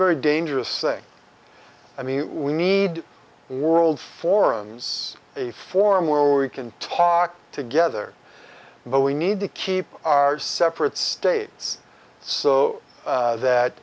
very dangerous thing i mean we need world forums a forum where we can talk together but we need to keep our separate states so